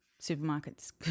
supermarkets